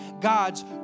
God's